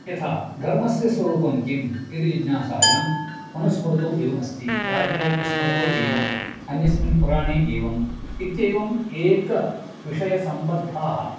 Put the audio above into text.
यथा धर्मस्य स्वरूपं किम् इति जिज्ञासायां मनुस्मृतौ एवम् अस्ति याज्ञवल्क्यस्मृतौ एवम् अन्यस्मिन् पुराणे एवम् इत्येवम् एकविषयसम्बद्धाः